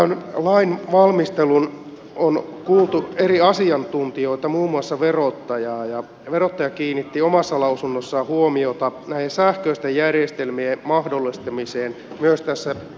tämän lain valmisteluun on kuultu eri asiantuntijoita muun muassa verottajaa ja verottaja kiinnitti omassa lausunnossaan huomiota sähköisten järjestelmien mahdollistamiseen myös arvonlisän palautustoiminnassa